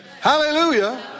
Hallelujah